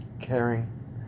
caring